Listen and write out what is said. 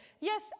yes